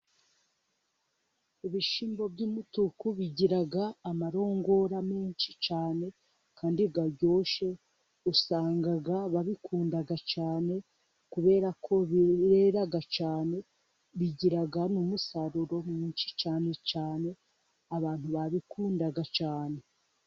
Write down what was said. Ibishyimbo by'umutuku bigira amarongora menshi cyane, kandi aryoshye usanga babikunda cyane, kubera ko birera cyane, bigira umusaruro mwinshi cyane cyane, abantu babikunda cyane.